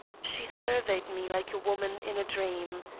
she surveyed me like a woman in a dream.